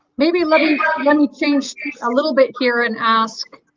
maybe let me let me change a little bit here and ask